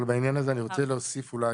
אבל בעניין הזה אני רוצה להוסיף אולי,